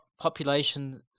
Population